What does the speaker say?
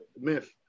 myth